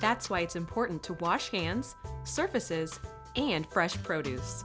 that's why it's important to wash hands surfaces and fresh produce